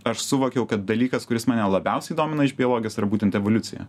aš suvokiau kad dalykas kuris mane labiausiai domina iš biologijos yra būtent evoliucija